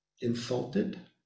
insulted